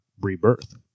rebirth